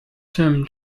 him